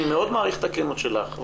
אני מאוד מעריך את הכנות שלך,